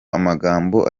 amagambo